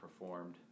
performed